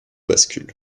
bascule